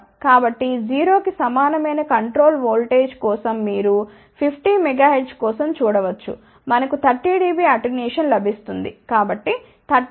కాబట్టి 0 కి సమానమైన కంట్రోల్ ఓల్టేజ్ కోసం మీరు 50 MHz కోసం చూడ వచ్చు మనకు 30 dB అటెన్యుయేషన్ లభిస్తుంది కాబట్టి 30 3